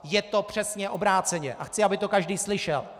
Je to přesně obráceně a chci, aby to každý slyšel!